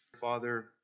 Father